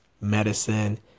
medicine